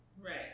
right